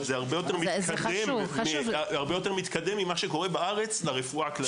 זה הרבה יותר מתקדם ממה שקורה בארץ לרפואה הכללית.